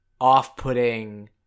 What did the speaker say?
off-putting